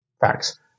Facts